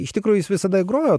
iš tikrųjų jis visada grojo